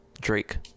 Drake